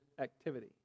activity